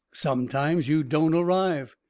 sometimes you don't arrive.